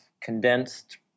condensed